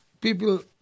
people